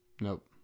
Nope